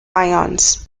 ions